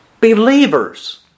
Believers